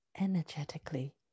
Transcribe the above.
energetically